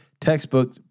textbook